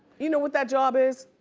you know what that job is?